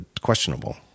questionable